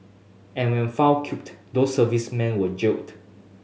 and when found cute those servicemen were jailed